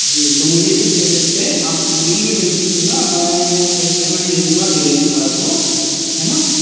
जी तो मुझे इस एड्रेस पर आप बिल भी भेज दीजिएगा मैं कैस पेमेंट दे दूंगा डिलीवरी बॉय को है न